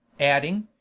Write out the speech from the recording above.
adding